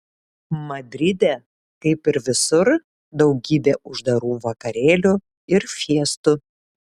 madride kaip ir visur daugybė uždarų vakarėlių ir fiestų